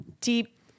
deep